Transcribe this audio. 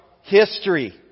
history